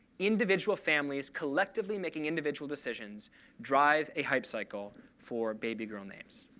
individual families collectively making individual decisions drive a hype cycle for baby girl names.